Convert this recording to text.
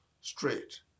straight